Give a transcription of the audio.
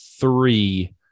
three